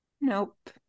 Nope